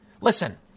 listen